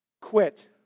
Quit